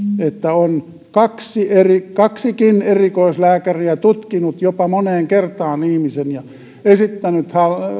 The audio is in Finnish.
että on kaksikin erikoislääkäriä tutkinut ihmisen jopa moneen kertaan ja esittänyt